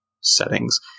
settings